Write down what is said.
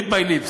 Read my lips.